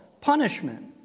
punishment